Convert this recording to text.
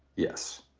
yes.